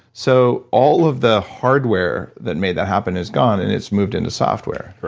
so all of the hardware that made that happen is gone and it's moved into software,